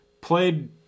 Played